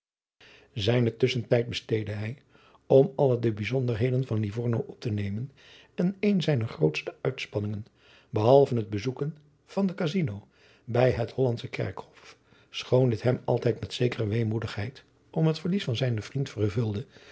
zijnen tusschentijd besteedde hij om alle de bijzonderheden van livorno op te nemen en eene zijner grootste uitspanningen behalve het bezoeken van de casino bij het hollandsche kerkhof schoon dit hem altijd met zekere weemoedigheid om het verlies van zijnen vriend vervulde